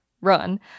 run